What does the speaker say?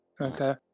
Okay